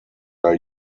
are